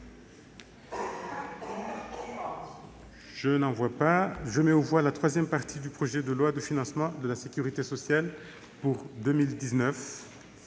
je vais mettre aux voix la troisième partie du projet de loi de financement de la sécurité sociale pour 2019.